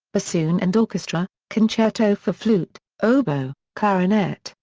bassoon and orchestra concerto for flute, oboe, clarinet,